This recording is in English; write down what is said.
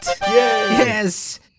Yes